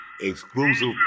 exclusive